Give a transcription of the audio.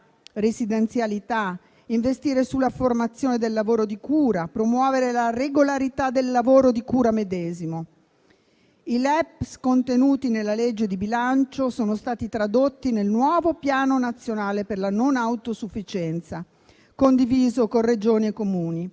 residenzialità, per investire sulla formazione del lavoro di cura, promuovere la regolarità del lavoro di cura medesimo. I LEPS contenuti nella legge di bilancio sono stati tradotti nel nuovo Piano nazionale per la non autosufficienza, condiviso con Regioni e Comuni,